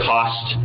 Cost